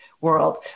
world